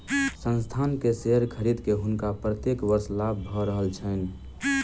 संस्थान के शेयर खरीद के हुनका प्रत्येक वर्ष लाभ भ रहल छैन